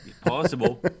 possible